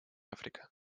африка